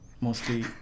Mostly